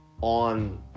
on